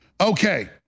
Okay